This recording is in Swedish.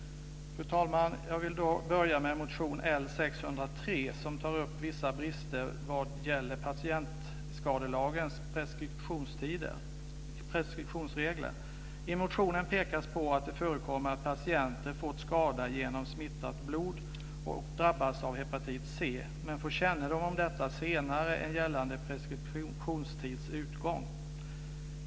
Fru talman! Jag börjar med motion L603 som tar upp vissa brister vad gäller patientskadelagens preskriptionsregler. I motionen pekas det på att det förekommer att patienter fått en skada genom smittat blod och drabbats av hepatit C men har fått kännedom om detta senare än gällande preskriptionstids utgång.